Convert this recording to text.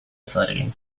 ezarekin